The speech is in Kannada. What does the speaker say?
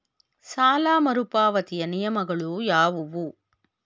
ಸಾಲ ಮರುಪಾವತಿಯ ನಿಯಮಗಳು ಯಾವುವು?